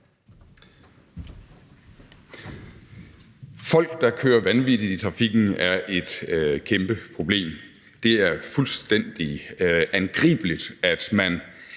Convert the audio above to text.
Folk, der kører vanvittigt i trafikken, er et kæmpe problem. Det er fuldstændig angribeligt, at man